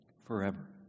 forever